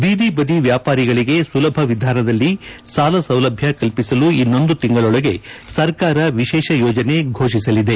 ಬೀದಿಬದಿ ವ್ಯಾಪಾರಿಗಳಿಗೆ ಸುಲಭ ವಿಧಾನದಲ್ಲಿ ಸಾಲಸೌಲಭ್ದ ಕಲ್ಪಿಸಲು ಇನ್ನೊಂದು ತಿಂಗಳೊಳಗೆ ಸರ್ಕಾರ ವಿಶೇಷ ಯೋಜನೆ ಘೋಷಿಸಲಿದೆ